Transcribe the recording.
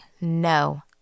No